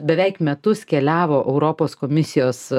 beveik metus keliavo europos komisijos